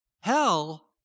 Hell